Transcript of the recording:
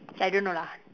K I don't know lah